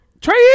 Trey